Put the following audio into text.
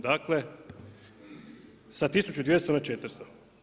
Dakle, sa 1200 na 400.